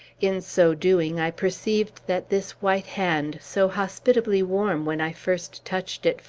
in so doing, i perceived that this white hand so hospitably warm when i first touched it,